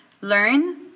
learn